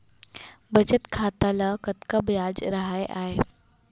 बचत खाता ल कतका ब्याज राहय आय?